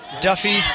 Duffy